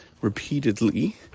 repeatedly